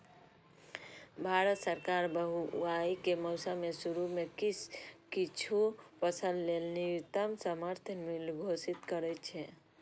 भारत सरकार बुआइ के मौसम के शुरू मे किछु फसल लेल न्यूनतम समर्थन मूल्य घोषित करै छै